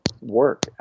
work